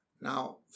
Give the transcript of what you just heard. Now